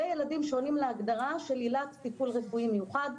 וילדים שעונים להגדרה של טיפול רפואי מיוחד,